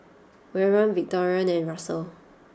Warren Victorine and Russell